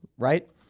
Right